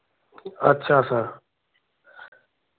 अच्छा सर